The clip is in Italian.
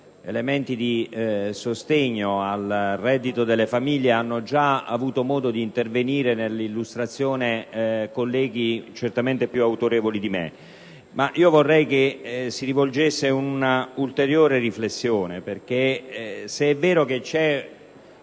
strumenti di sostegno al reddito delle famiglie sono già intervenuti, in fase di illustrazione, colleghi certamente più autorevoli di me. Io vorrei che si svolgesse un'ulteriore riflessione, perché, se è vero che sta